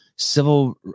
Civil